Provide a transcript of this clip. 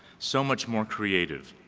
so much more creative.